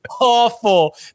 Awful